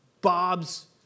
Bob's